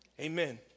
Amen